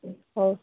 ହଉ